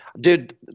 Dude